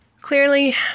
Clearly